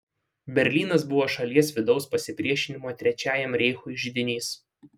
berlynas buvo šalies vidaus pasipriešinimo trečiajam reichui židinys